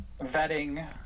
vetting